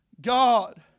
God